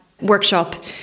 workshop